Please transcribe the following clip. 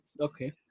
Okay